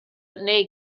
nei